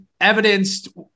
evidenced